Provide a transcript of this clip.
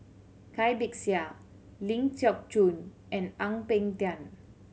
Cai Bixia Ling Geok Choon and Ang Peng Tiam